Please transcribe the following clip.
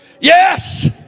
Yes